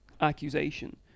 accusation